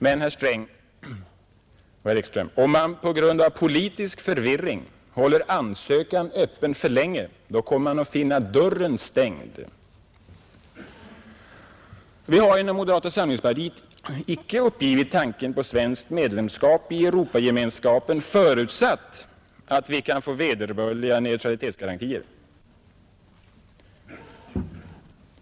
Men, herrar Sträng och Ekström, om man på grund av politisk förvirring håller ansökan öppen för länge kommer man att finna dörren stängd! Vi har inom moderata samlingspartiet icke uppgivit tanken på svenskt medlemskap i Europagemenskapen, förutsatt att vi kan få vederbörliga neutralitetsgarantier.